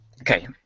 Okay